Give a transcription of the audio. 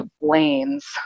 lanes